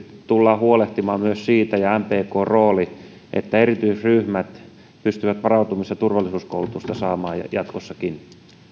tullaan huolehtimaan ja mpkn roolista niin että erityisryhmät pystyvät varautumis ja turvallisuuskoulutusta saamaan jatkossakin